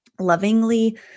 lovingly